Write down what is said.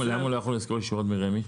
למה הוא לא יכול לשכור ישירות מרמ"י?